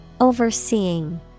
Overseeing